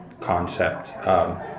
concept